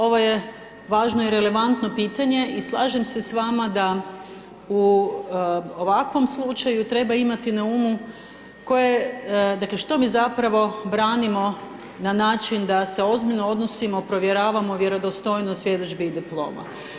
Ovo je važno i relevantno pitanje i slažem se s vama da u ovakvom slučaju treba imati na umu koje, dakle što mi zapravo branimo na način da se ozbiljno odnosimo, provjeravamo vjerodostojnost svjedodžbi i diploma.